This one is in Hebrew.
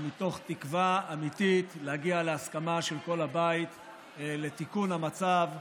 מתוך תקווה אמיתית להגיע להסכמה של כל הבית על תיקון המצב,